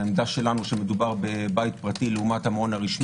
העמדה שלנו שמדובר בבית פרטי לעומת המעון הרשמי.